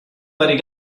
vari